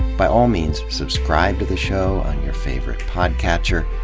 by all means subscribe to the show on your favorite podcatcher,